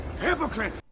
Hypocrite